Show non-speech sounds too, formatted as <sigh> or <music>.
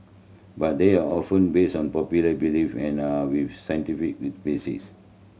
but they are often based on popular belief and are with scientific <unintelligible> basis